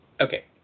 Okay